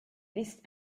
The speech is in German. ist